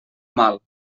mal